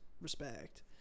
respect